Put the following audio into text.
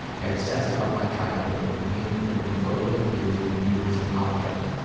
i obsess about my childhood and the pain from being verbally abused and viewed as an object